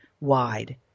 wide